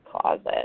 closet